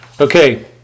Okay